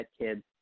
kids